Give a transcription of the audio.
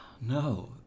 No